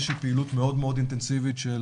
שהיא פעילות מאוד מאוד אינטנסיבית של